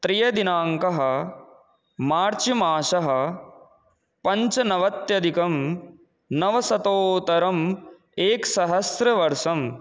त्रय दिनाङ्कः मार्च् मासः पञ्चनवत्यधिकं नवशतोत्तरम् एकसहस्रवर्षं